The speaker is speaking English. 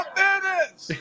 finish